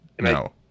No